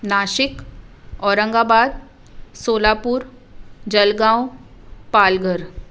Nashik Aurangabad Solapur Jalgaon Palghar